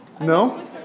No